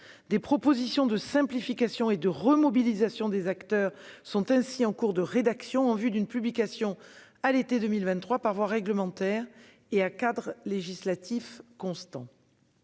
des propositions de simplification et de remobilisation des acteurs sont en cours de rédaction en vue d'une publication à l'été 2023, par voie réglementaire et à cadre législatif constant.